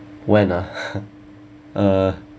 when ah uh